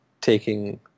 taking